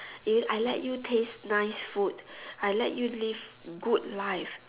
if I let you taste nice food I let you live good life